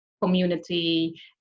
community